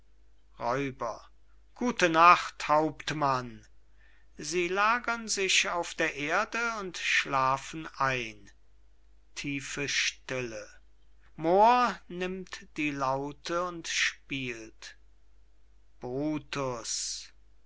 räuber gute nacht hauptmann sie lagern sich auf der erde und schlafen ein tiefe stille moor nimmt die laute und spielt brutus